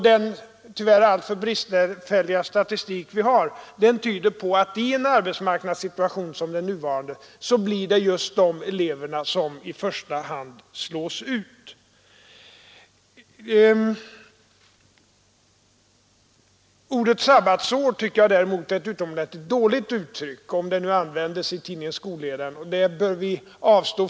Den tyvärr alltför bristfälliga statistik vi har tyder på att det i en arbetsmarknadssituation som den nuvarande blir dessa elever som i första hand slås ut. Ordet ”sabbatsår” tycker jag däremot är ett utomordentligt dåligt uttryck — om det nu användes i tidningen Skolledaren — och det bör vi undvika.